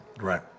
Right